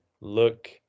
look